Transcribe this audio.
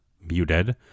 muted